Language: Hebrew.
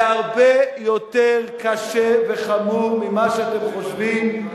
זה הרבה יותר קשה וחמור ממה שאתם חושבים.